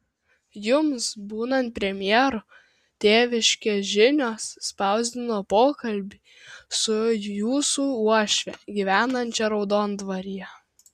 jums būnant premjeru tėviškės žinios spausdino pokalbį su jūsų uošve gyvenančia raudondvaryje